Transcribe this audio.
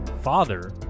father